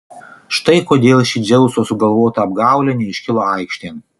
štai kodėl ši dzeuso sugalvota apgaulė neiškilo aikštėn